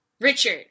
Richard